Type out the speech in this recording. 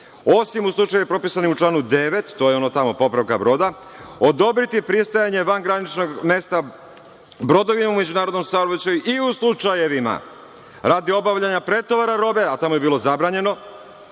osim u slučajevima propisanim u članu 9. to je ono tamo, popravka broda, odobriti pristajanje vangraničnog mesta brodovima u međunarodnom saobraćaju i u slučajevima radi obavljanja pretovara robe, a tamo je bilo zabranjeno,